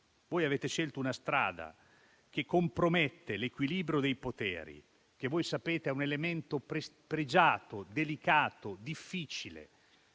avete scelto una strada diversa, che compromette l'equilibrio dei poteri che, come sapete, è un elemento pregiato, delicato, difficile,